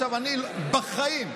אני בחיים,